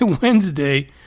Wednesday